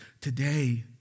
today